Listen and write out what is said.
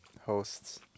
hosts